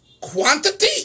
quantity